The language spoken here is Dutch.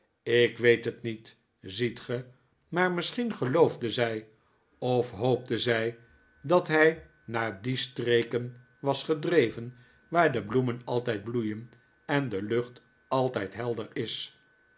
ik weet het niet ziet ge maar misschien geloofde zij of hoopte zij dat hij naar die streken was gedreven waar de bloemen altijd bloeien en de lucht altijd helder is